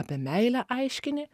apie meilę aiškini